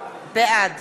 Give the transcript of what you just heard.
בעד